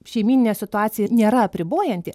šeimyninė situacija nėra apribojanti